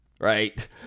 right